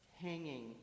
hanging